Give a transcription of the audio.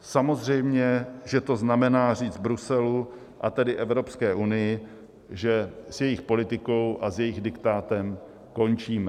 Samozřejmě že to znamená říct Bruselu, a tedy Evropské unii, že s jejich politikou a s jejich diktátem končíme.